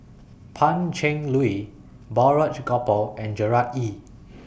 Pan Cheng Lui Balraj Gopal and Gerard Ee